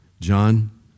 John